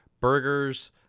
burgers